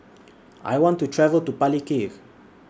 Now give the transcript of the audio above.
I want to travel to Palikir